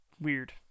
Weird